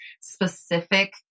specific